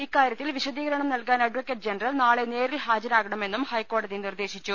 ഇക്കാര്യത്തിൽ വിശദീകരണം നൽകാൻ അഡ്വക്കറ്റ് ജനറൽ നാളെ നേരിൽ ഹാജരാകണമെന്നും ഹൈക്കോ ടതി നിർദ്ദേശിച്ചു